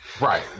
Right